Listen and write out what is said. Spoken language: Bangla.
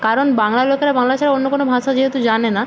কারণ বাংলার লোকেরা বাংলা ছাড়া অন্য কোনো ভাষা যেহেতু জানে না